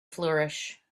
flourish